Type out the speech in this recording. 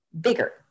bigger